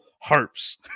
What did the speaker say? harps